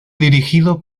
dirigido